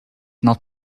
not